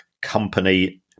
Company